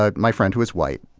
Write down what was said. ah my friend who is white,